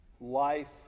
life